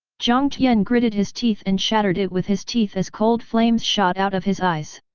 jiang tian gritted his teeth and shattered it with his teeth as cold flames shot out of his eyes.